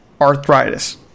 arthritis